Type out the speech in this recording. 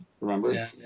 remember